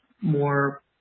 more